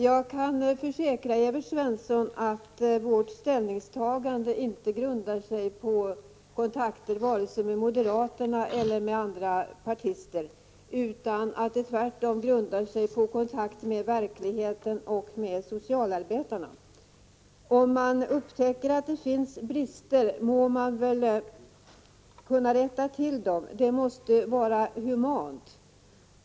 Jag kan försäkra Evert Svensson att vårt ställningstagande inte grundar sig på kontakter med vare sig moderaterna eller företrädare för andra partier utan tvärtom kontakt med verkligheten och kontakter med socialarbetarna. Om man upptäcker att det finns brister må man väl kunna rätta till dem! Det måste vara humant.